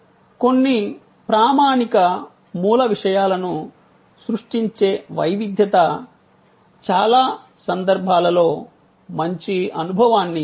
కొన్ని ప్రామాణిక మూల విషయాలను సృష్టించే వైవిధ్యత చాలా సందర్భాలలో మంచి అనుభవాన్ని ఇస్తుంది